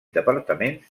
departaments